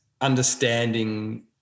understanding